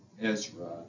Ezra